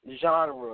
genre